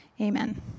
Amen